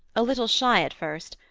a little shy at first,